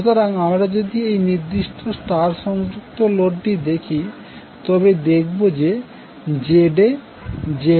সুতরাং আমরা যদি এই নির্দিষ্ট স্টার সংযুক্ত লোডটি দেখি তবে দেখব যে ZA ZB ZCসমান নয়